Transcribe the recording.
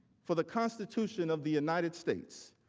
for the constitution of the united states,